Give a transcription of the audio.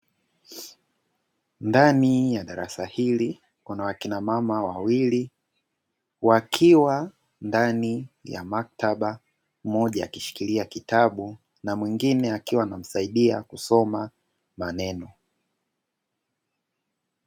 Ndani ya darasa hili kuna akina mama wawili wakiwa ndani ya maktaba, mmoja akishikilia kitabu na mwingine akiwa anamsaidia kusoma maneno.